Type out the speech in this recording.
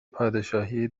پادشاهی